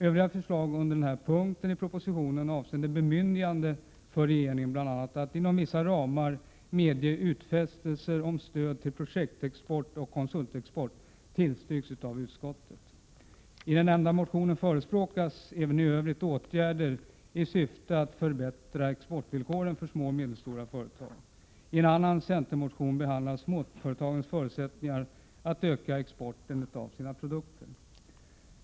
Övriga förslag under denna punkt i propositionen, avseende bemyndiganden för regeringen att bl.a. inom vissa ramar medge utfästelser om stöd till projektexport och konsultexport, tillstyrks av utskottet. I den nämnda motionen förespråkas även i övrigt åtgärder i syfte att förbättra exportvillkoren för små och medelstora företag. I en annan centermotion behandlas småföretagens förutsättningar att öka exporten av sina produkter.